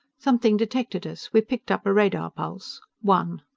something detected us. we picked up a radar pulse. one.